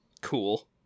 Cool